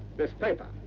this paper.